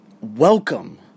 welcome